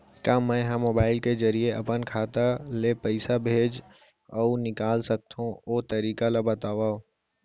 का मै ह मोबाइल के जरिए अपन खाता ले पइसा भेज अऊ निकाल सकथों, ओ तरीका ला बतावव?